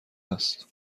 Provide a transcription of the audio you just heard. است